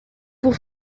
pour